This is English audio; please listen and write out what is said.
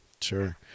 Sure